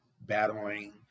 battling